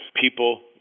people